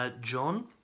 John